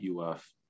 UF